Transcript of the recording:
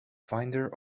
finder